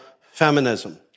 feminism